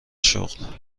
شغل